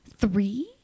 Three